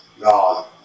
God